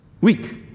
weak